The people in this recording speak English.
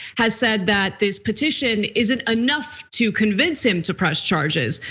has said that this petition isn't enough to convince him to press charges.